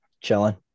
Chilling